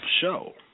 show